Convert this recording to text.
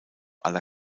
aller